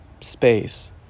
space